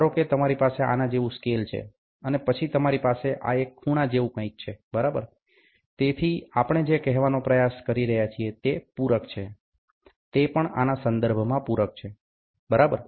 ધારો કે તમારી પાસે આના જેવું સ્કેલ છે અને પછી તમારી પાસે આ એક ખૂણા જેવું કંઈક છે બરાબર તેથી આપણે જે કહેવાનો પ્રયાસ કરી રહ્યા છીએ તે પૂરક છે તે પણ આના સંદર્ભમાં પૂરક છે બરાબર